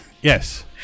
Yes